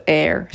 air